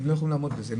הן לא יכולות לעמוד בזה.